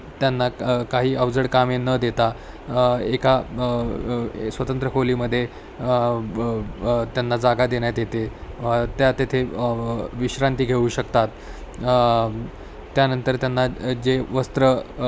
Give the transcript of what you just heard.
त्यांना काही अवजड कामे न देता एका स्वतंत्र खोलीमध्ये त्यांना जागा देण्यात येते त्या तेथे विश्रांती घेऊ शकतात त्यानंतर त्यांना जे वस्त्र